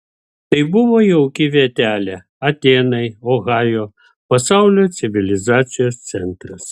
tai buvo jauki vietelė atėnai ohajo pasaulio civilizacijos centras